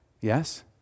Yes